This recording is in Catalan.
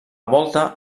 volta